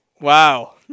Wow